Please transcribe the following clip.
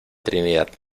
trinidad